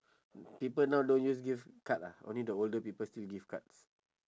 people now don't use give card ah only the older people still give cards